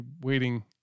waiting